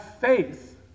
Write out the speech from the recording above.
faith